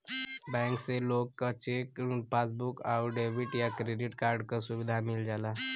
bank से लोग क चेक, पासबुक आउर डेबिट या क्रेडिट कार्ड क सुविधा मिल जाला